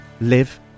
live